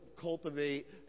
cultivate